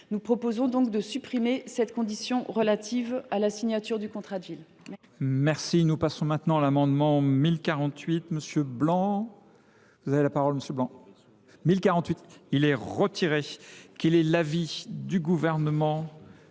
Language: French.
nous proposons de supprimer la condition relative à la signature du contrat de ville.